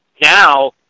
now